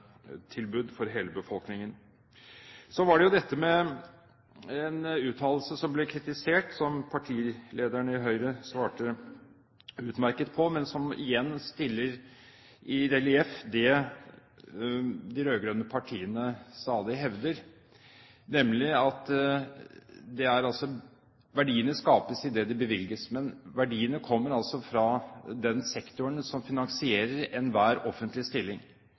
for hele befolkningen. Så til denne uttalelsen som ble kritisert, som partilederen i Høyre svarte utmerket på, men som igjen stiller i relieff det de rød-grønne partiene stadig hevder, nemlig at verdiene skapes idet de bevilges. Men verdiene kommer altså fra den sektoren som finansierer enhver offentlig stilling,